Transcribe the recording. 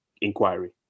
inquiry